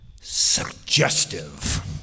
suggestive